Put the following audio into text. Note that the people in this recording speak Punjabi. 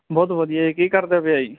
ਬਹੁਤ ਵਧੀਆ ਕੀ ਕਰਦਾ ਪਿਆ ਜੀ